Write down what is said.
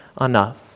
enough